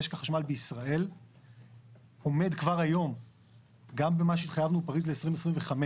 משק החשמל בישראל עומד כבר היום גם במה שהתחייבנו בפריז ל-2025.